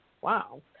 Wow